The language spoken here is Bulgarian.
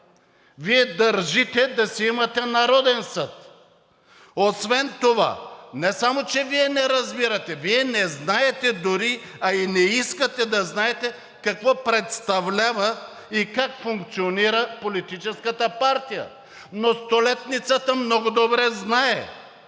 Вие държите да си имате Народен съд. Освен това, не само че Вие не разбирате, Вие не знаете дори, а и не искате да знаете какво представлява и как функционира политическата партия. Но Столетницата много добре знае.